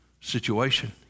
situation